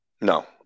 No